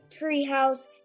Treehouse